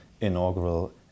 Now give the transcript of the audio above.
inaugural